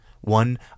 One